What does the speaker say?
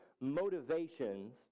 motivations